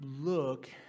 look